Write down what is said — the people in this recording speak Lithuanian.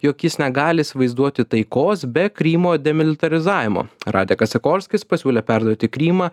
jog jis negali įsivaizduoti taikos be krymo demilitarizavimo radekas sikorskis pasiūlė perduoti krymą